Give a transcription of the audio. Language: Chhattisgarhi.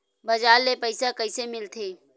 बजार ले पईसा कइसे मिलथे?